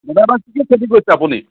কি কি খেতি কৰিছে আপুনি